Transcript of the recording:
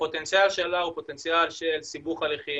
הפוטנציאל שלה הוא של סיבוך הליכים,